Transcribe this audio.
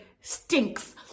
stinks